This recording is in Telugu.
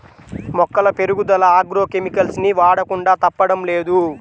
మొక్కల పెరుగుదల ఆగ్రో కెమికల్స్ ని వాడకుండా తప్పడం లేదు